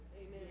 Amen